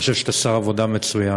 אני חושב שאתה שר עבודה מצוין.